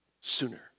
sooner